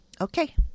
Okay